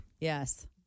Yes